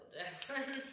Jackson